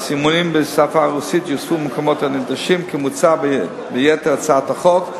והסימונים בשפה הרוסית יוספו במקומות הנדרשים כמוצע ביתר הצעת החוק.